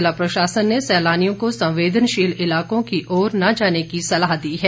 जिला प्रशासन ने सैलानियों को संवेदनशील इलाकों की ओर न जाने की सलाह दी है